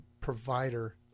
provider